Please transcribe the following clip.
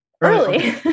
Early